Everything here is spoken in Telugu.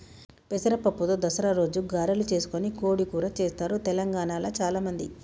పెసర పప్పుతో దసరా రోజు గారెలు చేసుకొని కోడి కూర చెస్తారు తెలంగాణాల చాల మంది